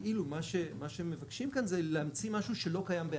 כאילו מה שמבקשים כאן זה להמציא משהו שלא קיים.